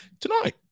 tonight